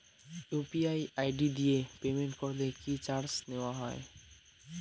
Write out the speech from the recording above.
UPI ID দিয়ে payment করলে কি চার্জ নেয়া হয়?